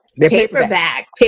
Paperback